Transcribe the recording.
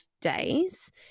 days